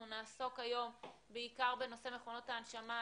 אנחנו נעסוק היום בעיקר בנושא מכונות ההנשמה,